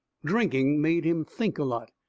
drinking made him think a lot,